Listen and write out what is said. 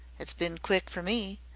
it's been quick for me,